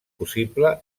possible